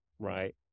Right